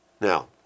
Now